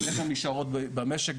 איך הן נשארות במשק,